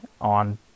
on